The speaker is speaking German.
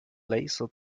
laser